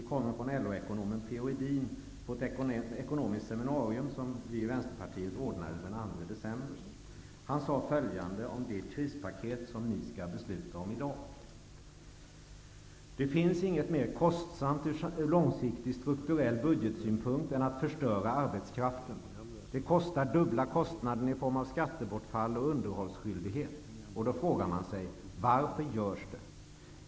På ett ekonomiskt seminarium som vi i vänsterpartiet ordnade den 2 december sade LO-ekonomen P.-O. Edin följande om det krispaket som riksdagen skall besluta om i dag: ''Det finns inget mer kostsamt ur långsiktig strukturell budgetsynpunkt än att förstöra arbetskraften, det kostar dubbla kostnaden i form av skattebortfall och underhållsskyldighet. Och då frågar man sig: Varför görs det?